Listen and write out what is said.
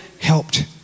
helped